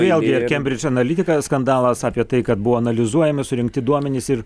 vėlgi cambridge analytica skandalas apie tai kad buvo analizuojami surinkti duomenys ir